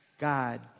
God